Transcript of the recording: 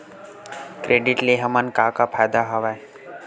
Credit ले हमन का का फ़ायदा हवय?